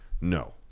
No